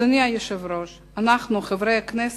אדוני היושב-ראש, אנחנו, חברי הכנסת,